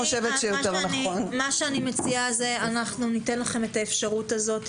אנחנו ניתן לכם את האפשרות הזו.